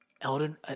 elden